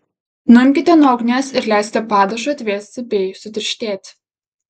nuimkite nuo ugnies ir leiskite padažui atvėsti bei sutirštėti